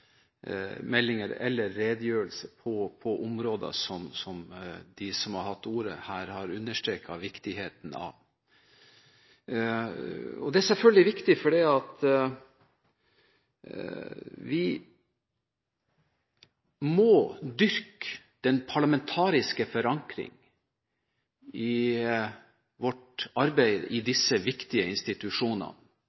meldinger eller redegjørelser på områder som de som har hatt ordet her, har understreket viktigheten av. Det er selvfølgelig viktig fordi vi må dyrke den parlamentariske forankring i vårt arbeid i